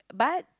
but